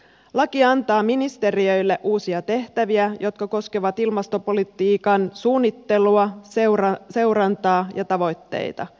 laki antaa ministeriöille uusia tehtäviä jotka koskevat ilmastopolitiikan suunnittelua seurantaa ja tavoitteita